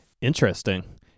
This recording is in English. Interesting